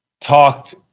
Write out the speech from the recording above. talked